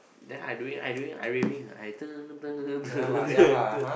there I doing I doing I waving I